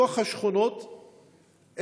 בתוך השכונות,